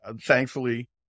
Thankfully